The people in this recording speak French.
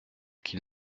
qu’il